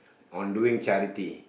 on doing charity